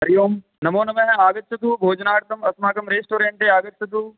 हरिः ओम् नमोनमः आगच्छतु भोजनार्थम् अस्माकं रेस्टोरेण्ट् आगच्छतु